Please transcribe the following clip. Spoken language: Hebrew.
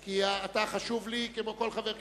כי אתה חשוב לי כמו כל חבר כנסת.